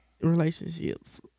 Relationships